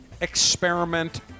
Experiment